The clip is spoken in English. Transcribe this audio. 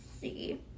see